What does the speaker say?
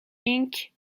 ink